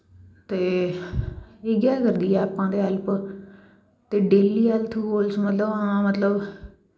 ते इ'यै अगर ऐप्पां दी हैल्प ते डेल्ली हत्थ कुस मतलव हां मतलव